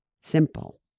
simple